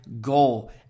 goal